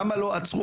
למה לא עצרו